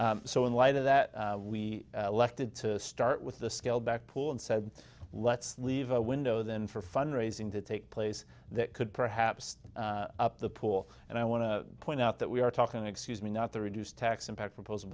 so in light of that we elected to start with the scaled back pool and said let's leave a window then for fund raising to take place that could perhaps up the pool and i want to point out that we are talking excuse me not the reduced tax impact propos